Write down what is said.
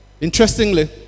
Interestingly